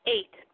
Eight